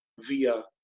via